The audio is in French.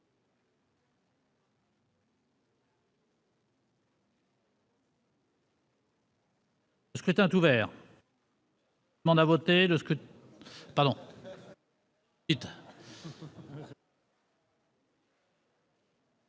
Le scrutin est ouvert.